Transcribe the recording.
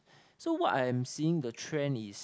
so what I am seeing the trend is